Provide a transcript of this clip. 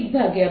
V